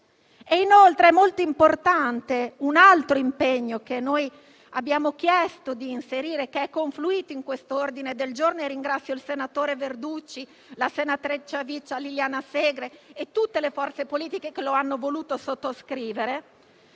È inoltre molto importante un altro impegno che abbiamo chiesto di inserire e che è confluito in quest'ordine del giorno (e ringrazio il senatore Verducci, la senatrice a vita Liliana Segre e tutte le forze politiche che lo hanno voluto sottoscrivere):